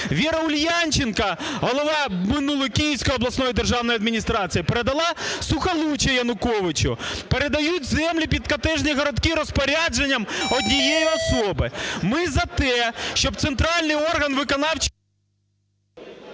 Віра Ульянченко, голова минулої Київської обласної державної адміністрації, передала Сухолуччя Януковичу. Передають землі під котеджні городки розпорядженням однієї особи. Ми за те, щоб центральний орган виконавчої…